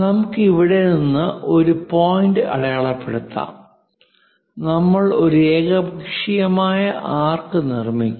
നമുക്ക് ഇവിടെ നിന്ന് ഒരു പോയിന്റ് അടയാളപ്പെടുത്താം നമ്മൾ ഒരു ഏകപക്ഷീയമായ ആർക്ക് നിർമ്മിക്കും